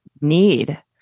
need